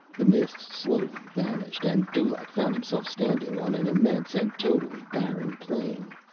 the mists slowly vanished, and dulaq found himself standing on an immense and totally barren plain.